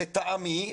לטעמי,